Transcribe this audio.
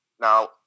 Now